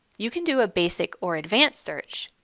you can do a basic or advanced search.